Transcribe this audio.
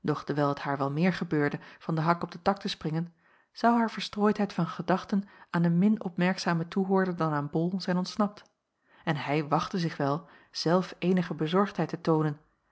doch dewijl het haar wel meer gebeurde van den hak op den tak te springen zou haar verstrooidheid van gedachten aan een min opmerkzamen toehoorder dan aan bol zijn ontsnapt en hij wachtte zich wel zelf eenige bezorgdheid te toonen